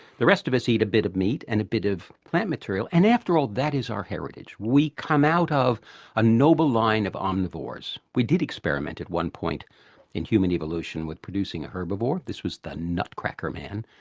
the rest of us eat a bit of meat and a bit of plant material, and after all that is our heritage. we come out of a noble line of omnivores. we did experiment at one point in human evolution with producing a herbivore, this was the nutcracker man,